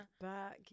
Back